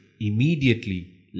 immediately